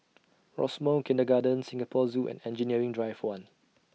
Rosemount Kindergarten Singapore Zoo and Engineering Drive one